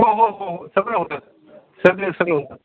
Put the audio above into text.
हो हो हो हो सगळं होतं सगळे सगळं होतं